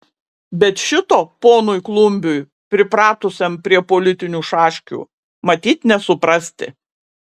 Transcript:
bet šito ponui klumbiui pripratusiam prie politinių šaškių matyt nesuprasti